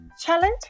challenge